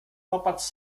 popatrz